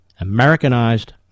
Americanized